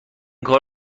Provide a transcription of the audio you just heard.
کار